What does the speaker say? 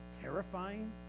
terrifying